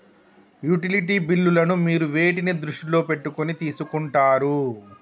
Utility బిల్లులను మీరు వేటిని దృష్టిలో పెట్టుకొని తీసుకుంటారు?